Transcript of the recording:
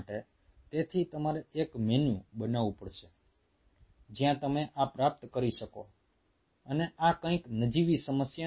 તેથી તમારે એક મેનૂ બનાવવું પડશે જ્યાં તમે આ પ્રાપ્ત કરી શકો અને આ કંઈક નજીવી સમસ્યા નથી